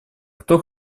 кто